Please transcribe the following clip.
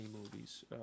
movies